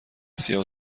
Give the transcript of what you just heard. سیاه